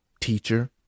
teacher